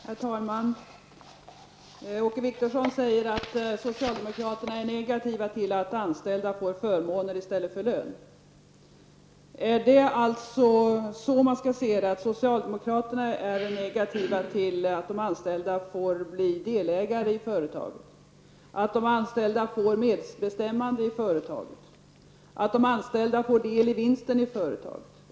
Herr talman! Åke Wictorsson säger att socialdemokraterna är negativa till att anställda får förmåner i stället för lön. Man skall alltså se det som så att socialdemokraterna är negativa till att de anställda får bli delägare i företaget, att de anställda får medbestämmande i företaget och att de anställda får del i vinsten i företaget.